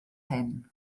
hyn